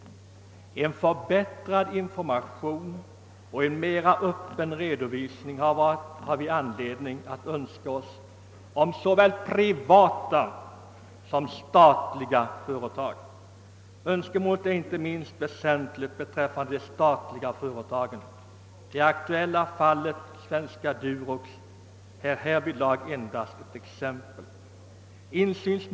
Vi har all anledning att önska oss en förbättrad information och en mera öppen redovisning för både privata och statliga företag. Önskemålet är inte minst väsentligt beträffande de statliga företagen. Det aktuella fallet med AB Svenska Durox är ett exempel på detta.